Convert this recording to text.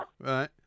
Right